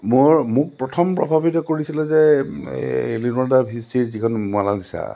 মোৰ মোক প্ৰথম প্ৰভাৱিত কৰিছিলে যে এই লিঅ'নাৰ্ড ডা ভিন্সিৰ যিখন মনালিচা